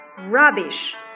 rubbish